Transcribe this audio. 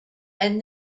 and